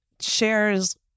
shares